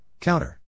counter